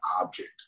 object